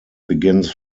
begins